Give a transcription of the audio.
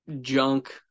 Junk